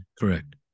Correct